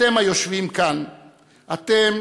אתם